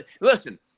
Listen